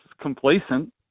complacent